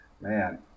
Man